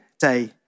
day